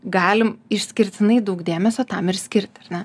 galim išskirtinai daug dėmesio tam ir skirti ar ne